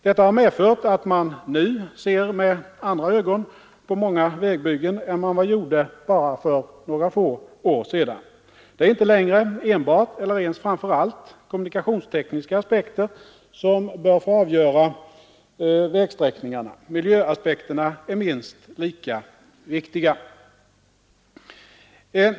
Detta har medfört att man ser med andra ögon på många vägbyggen än vad man gjort för bara några få år sedan. Det är inte längre enbart, eller ens framför allt, kommunikationstekniska aspekter som bör få avgöra vägsträckningarna. Miljöaspekterna är minst lika viktiga.